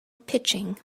pitching